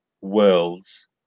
worlds